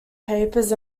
papers